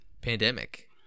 pandemic